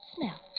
Smell